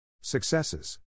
Successes